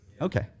Okay